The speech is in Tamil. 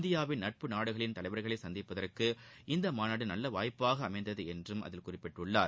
இந்தியாவின் நட்பு நாடுகளிந் தலைவர்களை சந்திப்பதற்கு இந்த மாநாடு நல்ல வாய்ப்பாக அமைந்தது என்றும் அதில் குறிப்பிட்டுள்ளார்